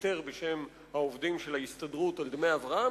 שוויתר בשם העובדים של ההסתדרות על דמי הבראה,